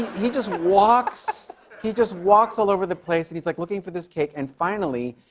he just walks he just walks all over the place. and he's, like, looking for this cake. and, finally,